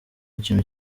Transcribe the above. ikintu